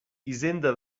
hisenda